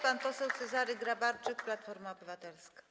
Pan poseł Cezary Grabarczyk, Platforma Obywatelska.